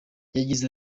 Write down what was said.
yagize